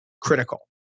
critical